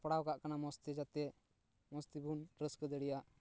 ᱥᱟᱯᱲᱟᱣ ᱠᱟᱜ ᱠᱟᱱᱟ ᱢᱚᱡᱽ ᱛᱮ ᱡᱟᱛᱮ ᱢᱚᱡᱽ ᱛᱮᱵᱚᱱ ᱨᱟᱹᱥᱠᱟᱹ ᱫᱟᱲᱮᱭᱟᱜ